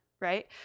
right